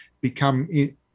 become